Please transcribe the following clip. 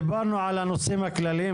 דיברנו על הנושאים הכלליים,